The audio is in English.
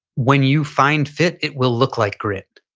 when you find fit, it will look like grit.